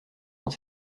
dans